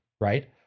right